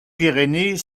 pyrénées